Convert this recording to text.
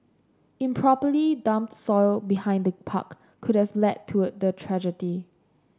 improperly dumped soil behind the park could have led to the tragedy